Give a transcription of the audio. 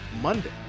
monday